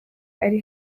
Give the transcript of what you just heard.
ari